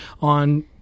on